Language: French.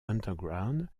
underground